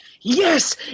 Yes